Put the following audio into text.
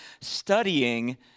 studying